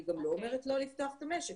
אני גם לא אומרת לא לפתוח את המשק.